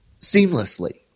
seamlessly